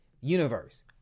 universe